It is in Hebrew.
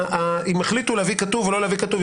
אם הם החליטו להביא כתוב או לא להביא כתוב,